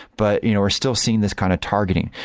but you know we're still seeing this kind of targeting.